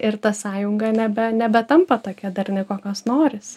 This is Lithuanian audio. ir ta sąjunga nebe nebetampa tokia darni kokios norisi